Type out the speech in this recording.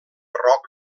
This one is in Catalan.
rock